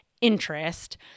interest